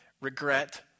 regret